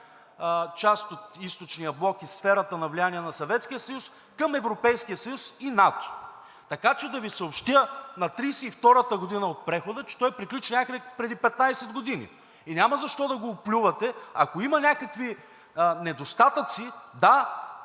част, от Източния блок и сферата на влияние на Съветския съюз към Европейския съюз и НАТО. Така че да Ви съобщя – на 32-та година от прехода, че той приключи някъде преди 15 години. Няма защо да го оплювате. Ако има някакви недостатъци –